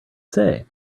say